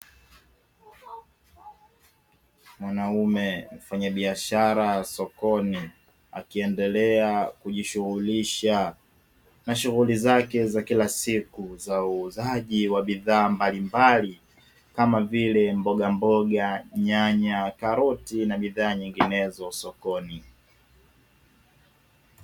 Mwanaume mfanyabiashara sokoni akiendelea kujishughulisha na shughuli zake za kila siku za uuzaji wa bidhaa mbalimbali kama vile: mbogamboga, nyanya, karoti na bidhaa nyinginezo sokoni.